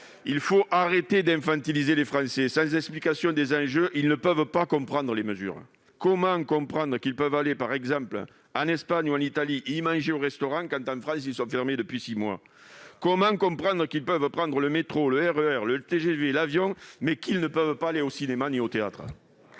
il faut arrêter d'infantiliser les Français. Sans explication des enjeux, ils ne peuvent pas comprendre les mesures. Comment comprendre qu'ils peuvent aller en Espagne ou en Italie et y manger au restaurant alors qu'en France, ces derniers sont fermés depuis six mois ? Comment comprendre qu'ils peuvent prendre le métro, le RER, le TGV et l'avion, mais qu'ils ne peuvent aller ni au cinéma ni au théâtre ?